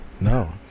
no